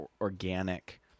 organic